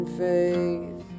faith